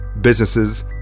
businesses